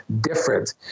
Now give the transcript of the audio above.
different